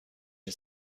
این